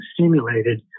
stimulated